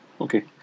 Okay